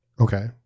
Okay